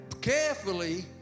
carefully